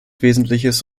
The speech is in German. wesentliches